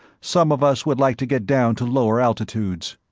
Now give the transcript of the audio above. some of us would like to get down to lower altitudes.